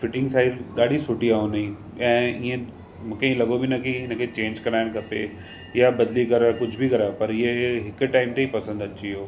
fitting size ॾाढी सुठी आहे हुनजी ऐं ईअं मूंखे हीअ लॻो बि न की हिनखे चेंज करायण खपे या बदिली कर कुझ बि करायो पर इअ इअ हिकु टाइम ते पसंदि अची वियो